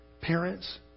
Parents